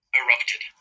erupted